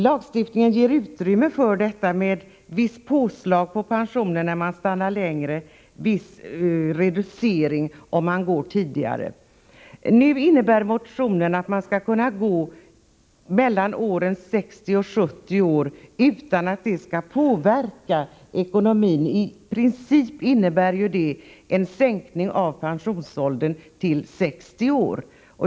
Lagstiftningen ger utrymme för detta, med ett visst påslag på pensionen om man stannar längre och en viss reducering om man går tidigare. Motionen innebär att man skulle kunna gå i åldern 60-70 år utan att det skulle påverka ekonomin. I princip innebär det en sänkning av pensionsåldern till 60 år.